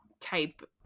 type